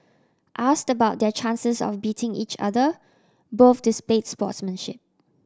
asked about their chances of beating each other both display sportsmanship